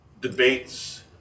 debates